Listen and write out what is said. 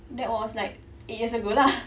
that was like eight years ago lah